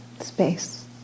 space